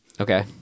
Okay